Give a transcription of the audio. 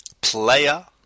Player